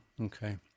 okay